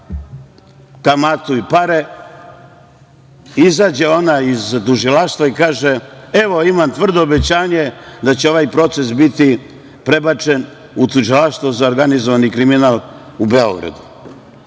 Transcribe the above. kamatu i pare, izađe ona iz Tužilaštva i kaže – evo imam tvrdo obećanje da će ovaj proces biti prebačen u Tužilaštvo za organizovani kriminal u